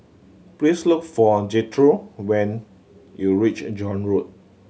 please look for Jethro when you reach John Road